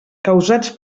causats